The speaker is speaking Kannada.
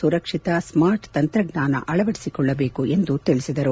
ಸುರಕ್ಷಿತ ಸ್ಮಾರ್ಟ್ ತಂತ್ರಜ್ವಾನ ಅಳವಡಿಸಿಕೊಳ್ಳಬೇಕು ಎಂದು ತಿಳಿಸಿದರು